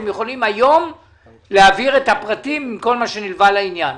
אתם יכולים היום להעביר את הפרטים עם כל מה שנלווה לעניין,